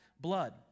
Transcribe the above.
blood